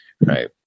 right